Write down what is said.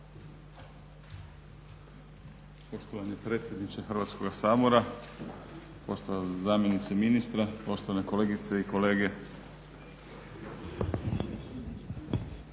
Poštovani predsjedniče Hrvatskoga sabora, poštovana zamjenice ministra, poštovane kolegice i kolege.